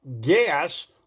Gas